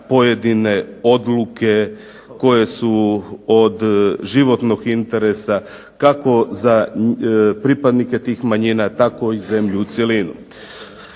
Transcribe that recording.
pojedine odluke koje su od životnog interesa kako za pripadnike tih manjina tako i zemlju u cjelini.